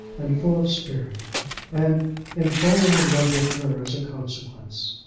and full of spirit and in falling in love with her as a consequence.